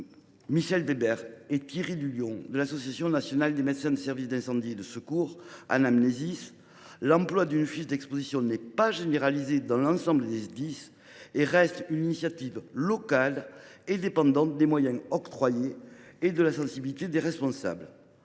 Michel Weber et Thierry Dulion, membres de l’Association nationale des médecins des services d’incendie et de secours (Anamnesis), « l’emploi d’une fiche d’exposition n’est pas généralisé dans l’ensemble des Sdis » et « reste une initiative locale et dépendante des moyens octroyés et de la sensibilité des responsables